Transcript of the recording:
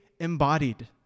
embodied